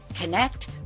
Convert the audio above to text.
connect